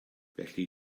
felly